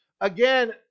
Again